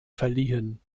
verliehen